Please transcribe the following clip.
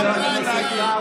תביאו עכשיו מינוי של יושב-ראש.